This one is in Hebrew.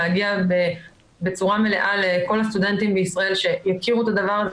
להגיע בצורה מלאה לכל הסטודנטים בישראל שיכירו את הדבר הזה.